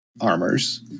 armors